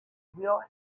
will